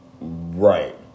Right